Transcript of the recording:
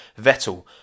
Vettel